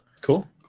Cool